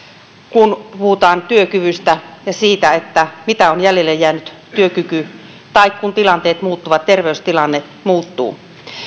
kun puhutaan työkyvystä ja siitä mitä on jäljelle jäänyt työkyky tai kun tilanteet muuttuvat terveystilanne muuttuu